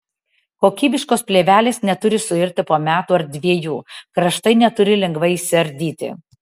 kokybiškos plėvelės neturi suirti po metų ar dviejų kraštai neturi lengvai išsiardyti